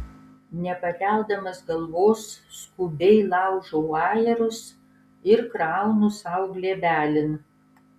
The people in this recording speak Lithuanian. nepakeldamas galvos skubiai laužau ajerus ir kraunu sau glėbelin